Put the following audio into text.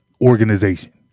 organization